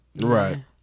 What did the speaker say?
right